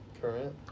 Current